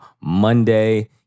Monday